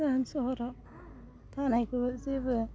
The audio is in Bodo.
टाउन सहराव थानायखौ जेबो